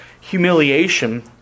humiliation